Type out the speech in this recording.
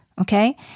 Okay